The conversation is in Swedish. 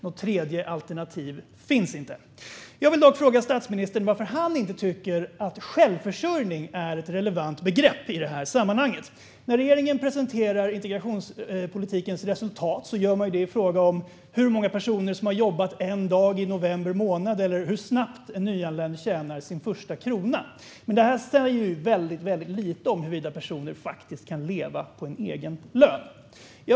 Något tredje alternativ finns inte. Varför tycker statsministern att självförsörjning inte är ett relevant begrepp i detta sammanhang? När regeringen presenterar integrationspolitikens resultat gör man det utifrån hur många personer som har jobbat en dag i november månad eller hur snabbt en nyanländ tjänar sin första krona. Detta säger dock väldigt lite om huruvida en person kan leva på en egen lön.